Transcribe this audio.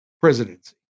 presidency